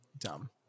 dumb